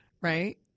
right